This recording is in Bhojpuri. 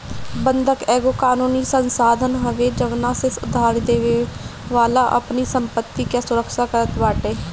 बंधक एगो कानूनी साधन हवे जवना से उधारदेवे वाला अपनी संपत्ति कअ सुरक्षा करत बाटे